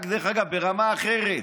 רק ברמה אחרת,